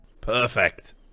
perfect